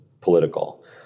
political